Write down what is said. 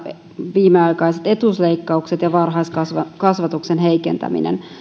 viimeaikaiset etuusleikkaukset ja varhaiskasvatuksen heikentäminen